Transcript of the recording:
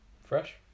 Fresh